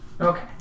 Okay